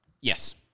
Yes